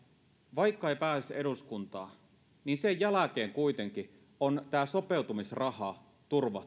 vaikka ei pääsisi eduskuntaan niin sen jälkeen kuitenkin on turvattu tämä sopeutumisraha